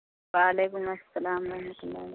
وعلیکم السلام و رحمتہ اللہ